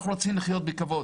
אנחנו רוצים לחיות בכבוד.